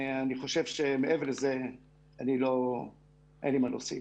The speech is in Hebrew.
אני חושב שמעבר לזה אין לי מה להוסיף.